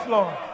Lord